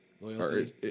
loyalty